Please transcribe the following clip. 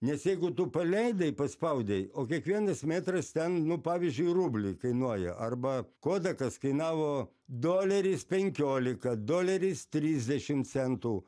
nes jeigu tu paleidai paspaudei o kiekvienas metras ten nu pavyzdžiui rublį kainuoja arba kodekas kainavo doleris penkiolika doleris trisdešimt centų